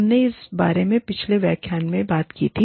हमने इस बारे में पिछले व्याख्यान में बात की थी